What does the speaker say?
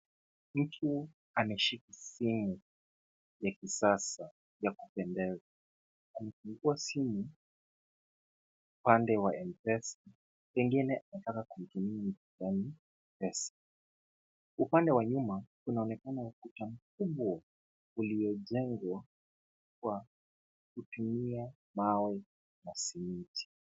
Mtu ameshika simu ya kisasa ya kupendeza. Amefungua simu upande wa Mpesa pengine anataka kuitumia kutoa pesa. Upande wa nyuma kunaonekana ukuta mkubwa uliojengwa kutumia mawe na simiti.